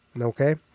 okay